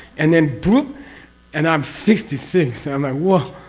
and then boop and i'm sixty six and i'm